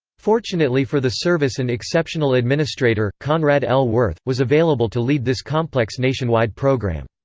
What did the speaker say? fortunately for the service an exceptional administrator, conrad l. wirth, was available to lead this complex nationwide program.